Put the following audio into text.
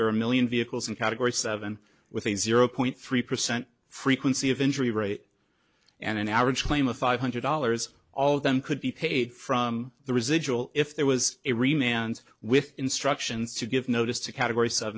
there are a million vehicles in category seven with a zero point three percent frequency of injury rate and an average claim of five hundred dollars all of them could be paid from the residual if there was every man's with instructions to give notice to categor